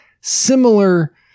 similar